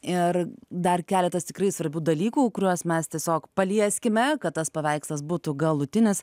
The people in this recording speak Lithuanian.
ir dar keletas tikrai svarbių dalykų kuriuos mes tiesiog palieskime kad tas paveikslas būtų galutinis